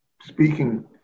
speaking